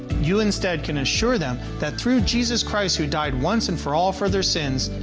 you, instead, can assure them that through jesus christ, who died once and for all for their sins,